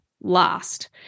last